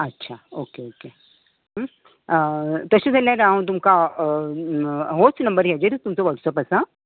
अच्छा okay okay तशें जाल्यार हांव तुमकां होच नंबर हाजेरूच तुमचो वोट्सअप आसा